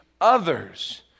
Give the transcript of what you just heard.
others